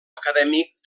acadèmic